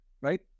right